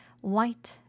white